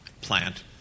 plant